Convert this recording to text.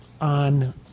on